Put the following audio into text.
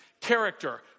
character